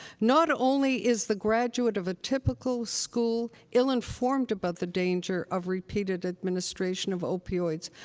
not only is the graduate of a typical school ill-informed about the danger of repeated administration of opioids,